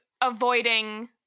avoiding